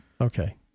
Okay